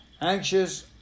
anxious